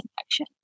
infection